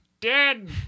dead